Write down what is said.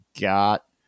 got